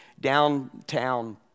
downtown